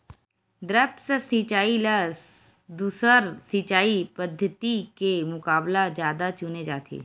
द्रप्स सिंचाई ला दूसर सिंचाई पद्धिति के मुकाबला जादा चुने जाथे